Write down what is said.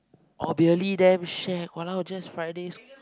I'll be really damn shag !walao! just Friday